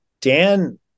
Dan